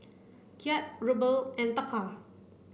Kyat Ruble and Taka